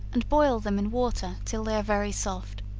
and boil them in water till they are very soft,